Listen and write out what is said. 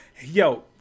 yo